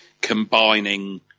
combining